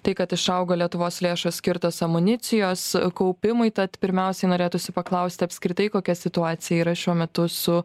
tai kad išaugo lietuvos lėšos skirtos amunicijos kaupimui tad pirmiausiai norėtųsi paklausti apskritai kokia situacija yra šiuo metu su